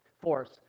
force